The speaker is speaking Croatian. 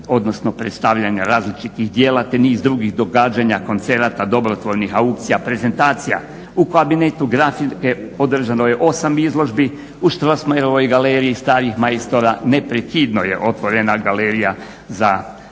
odnosno predstavljanja različitih djela te niz drugih događanja, koncerata, dobrotvornih aukcija, prezentacija. U kabinetu grafike održano je 8 izložbi, u Strossmayerovoj galeriji starih majstora neprekidno je otvorena galerija za posjete.